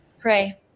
pray